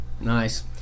Nice